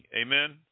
Amen